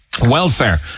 Welfare